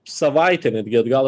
savaitę netgi atgal